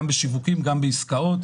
גם בשיווקים וגם בעסקאות.